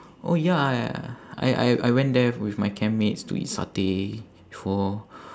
oh ya I I I went there with my camp mates to eat satay before